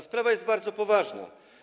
Sprawa jest bardzo poważna.